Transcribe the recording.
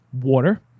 Water